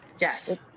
yes